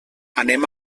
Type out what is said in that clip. anem